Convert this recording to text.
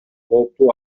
кооптуу